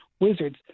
Wizards